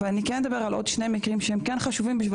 אבל אני כן אדבר על שני מקרים שהם כן חשובים כדי